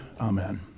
amen